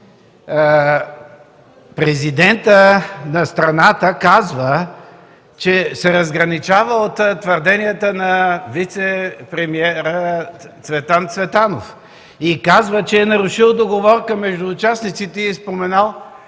президентът на страната казва, че се разграничава от твърденията на вицепремиера Цветан Цветанов, и казва, че е нарушил договорка между участниците и е споменал